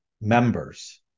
members